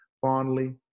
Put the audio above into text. fondly